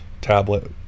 tablet